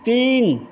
तीन